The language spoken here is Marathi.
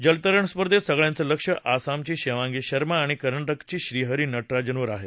जलतरण स्पर्धेत सगळ्यांचं लक्ष आसामची शिवांगी सर्मा आणि कर्ना क्रिच्या श्रीहरी न ज्ञाजनवर आहे